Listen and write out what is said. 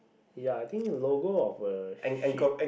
ya I think logo of a ship